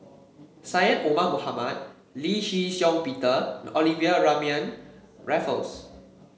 Syed Omar Mohamed Lee Shih Shiong Peter Olivia Mariamne Raffles